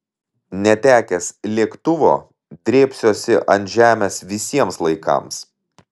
netekęs lėktuvo drėbsiuosi ant žemės visiems laikams